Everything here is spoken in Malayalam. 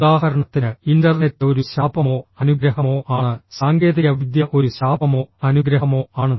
ഉദാഹരണത്തിന് ഇന്റർനെറ്റ് ഒരു ശാപമോ അനുഗ്രഹമോ ആണ് സാങ്കേതികവിദ്യ ഒരു ശാപമോ അനുഗ്രഹമോ ആണ്